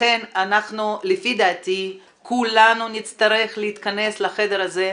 לכן לפי דעתי כולנו נצטרך להתכנס לחדר הזה,